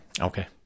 Okay